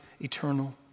eternal